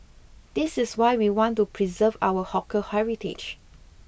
this is why we want to preserve our hawker heritage